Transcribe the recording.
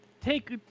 take